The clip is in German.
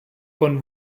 von